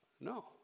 No